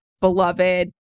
beloved